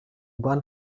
bahn